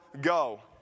go